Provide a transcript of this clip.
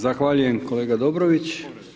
Zahvaljujem kolega Dobrović.